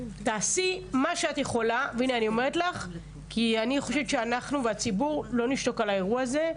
תעשי מה שאת יכולה כי אנחנו והציבור לא נשתוק את האירוע הזה.